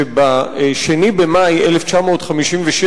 שב-2 במאי 1957,